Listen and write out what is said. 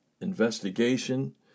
investigation